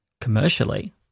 commercially